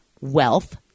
Wealth